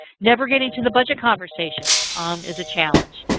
never getting to the budget conversation is a challenge.